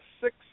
six-